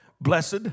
Blessed